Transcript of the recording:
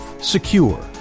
secure